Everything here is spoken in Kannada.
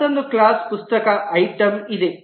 ಮತ್ತೊಂದು ಕ್ಲಾಸ್ ಪುಸ್ತಕ ಐಟಂ ಇದೆ